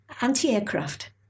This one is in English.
Anti-aircraft